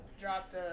dropped